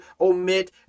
omit